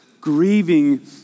grieving